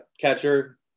catcher